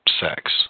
sex